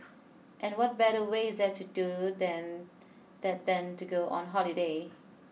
and what better way there to do than that than to go on holiday